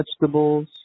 vegetables